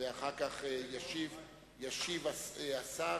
ואחר כך ישיב השר,